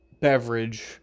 beverage